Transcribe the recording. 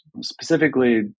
specifically